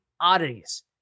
oddities